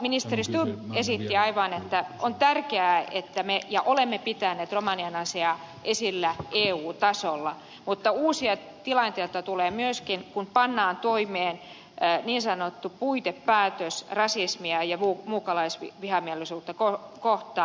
ministeri stubb esitti aivan oikein että on tärkeää että me olemme pitäneet romanien asiaa esillä eu tasolla mutta uusia tilanteita tulee myöskin kun pannaan toimeen niin sanottu puitepäätös rasismia ja muukalaisvihamielisyyttä kohtaan